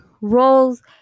roles